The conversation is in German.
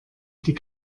die